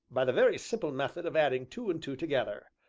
by the very simple method of adding two and two together,